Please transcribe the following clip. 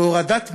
הורדת מסים,